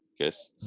Guess